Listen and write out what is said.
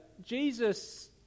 Jesus